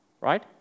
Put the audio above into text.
right